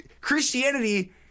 Christianity